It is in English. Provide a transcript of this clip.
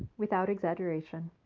without exaggeration